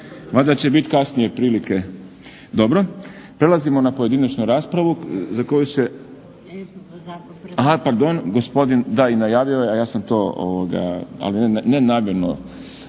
valjda će biti kasnije prilike. Prelazimo na pojedinačnu raspravu za koju se, aha pardon, gospodin da i najavio je a ja sam to ali nenamjerno